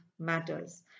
matters